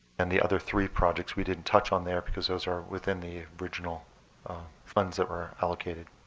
and the other three projects we didn't touch on there because those are within the original funds that were allocated.